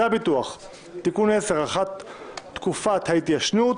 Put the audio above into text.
הביטוח (תיקון מס' 10) (הארכת תקופת ההתיישנות),